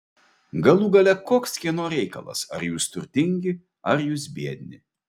galų gale koks kieno reikalas ar jūs turtingi ar jūs biedni